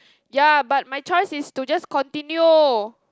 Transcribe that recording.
ya but my choice is to just continue